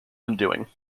undoing